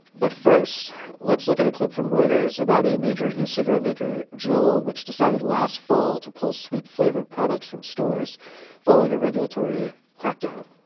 but first let's look at a clip from reuters about a major e-cigarette maker, juul, which decided last fall to pull sweet flavored products from stores following a regulatory crackdown.